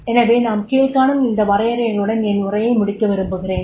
எனவே நான் கீழ்க்காணும் இந்த வரையறைகளுடன் என் உரையை முடிக்க விரும்புகிறேன்